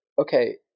okay